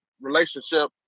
relationship